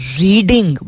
reading